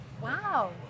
Wow